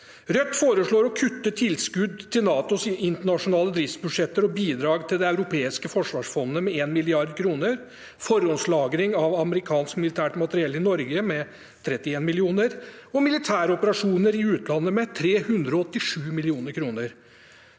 Rødt foreslår å kutte tilskudd til NATOs internasjonale driftsbudsjetter og bidrag til Det europeiske forsvarsfondet med 1 mrd. kr, forhåndslagring av amerikansk militært materiell i Norge med 31 mill. kr og militæroperasjoner i utlandet med 387 mill. kr.